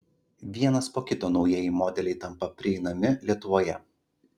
vienas po kito naujieji modeliai tampa prieinami lietuvoje